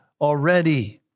already